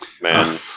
Man